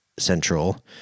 central